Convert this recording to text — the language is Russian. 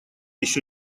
еще